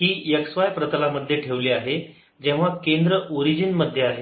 ही x y प्रतलामध्ये ठेवली आहे जेव्हा केंद्र ओरिजिन मध्ये आहे